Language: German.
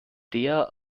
der